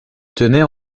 tenait